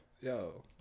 Yo